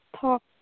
talk